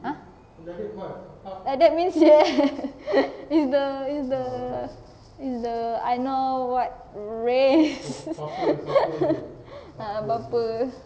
!huh! like that means yes is the is the is the I know what race ah apa-apa